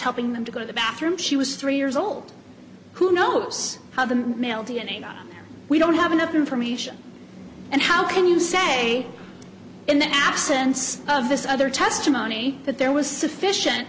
helping them to go to the bathroom she was three years old who knows how the male d n a we don't have enough information and how can you say in the absence of this other testimony that there was sufficient